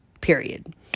period